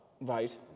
right